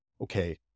Okay